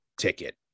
ticket